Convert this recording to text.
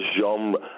genre